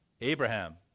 Abraham